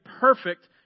perfect